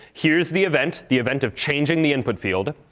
here's the event the event of changing the input field.